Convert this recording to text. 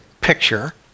picture